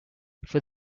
for